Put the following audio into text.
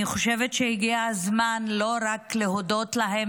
אני חושבת שהגיע הזמן לא רק להודות להם